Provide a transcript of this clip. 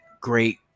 great